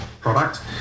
product